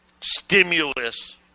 stimulus